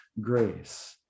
grace